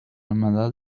ملل